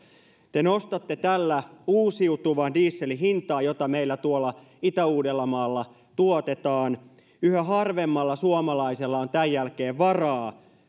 te nostatte tällä uusiutuvan dieselin hintaa jota meillä tuolla itä uudellamaalla tuotetaan yhä harvemmalla suomalaisella on tämän jälkeen varaa